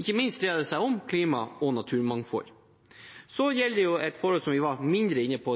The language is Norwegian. Ikke minst dreier det seg om klima og naturmangfold. Så gjelder det et forhold vi var mindre inne på,